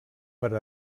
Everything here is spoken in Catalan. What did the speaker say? per